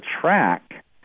track